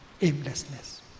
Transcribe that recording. aimlessness